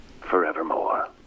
forevermore